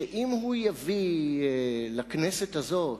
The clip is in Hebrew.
שאם הוא יביא לכנסת הזאת